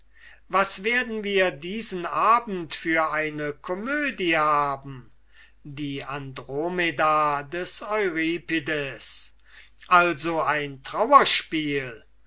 was werden wir diesen abend für eine komödie haben die andromeda des euripides also ein trauerspiel